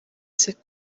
c’est